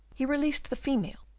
he released the female,